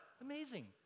Amazing